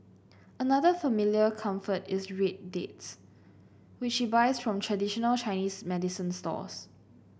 another familiar comfort is red dates which she buys from traditional Chinese medicine stores